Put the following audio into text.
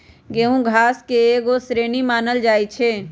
गेहूम घास के एगो श्रेणी मानल जाइ छै